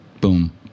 boom